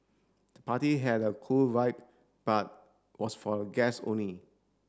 the party had a cool vibe but was for a guest only